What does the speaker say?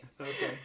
Okay